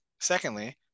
Secondly